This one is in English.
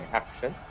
action